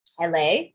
LA